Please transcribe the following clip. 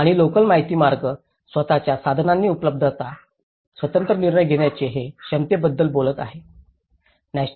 आणि लोकल माहिती मार्ग स्वतःच्या संसाधनांची उपलब्धता स्वतंत्र निर्णय घेण्यामुळे हे क्षमतेबद्दल बोलत आहे